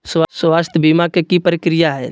स्वास्थ बीमा के की प्रक्रिया है?